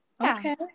Okay